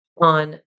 on